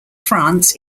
france